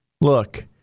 Look